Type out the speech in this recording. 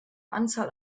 anzahl